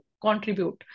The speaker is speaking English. contribute